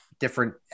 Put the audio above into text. Different